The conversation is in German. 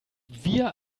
wir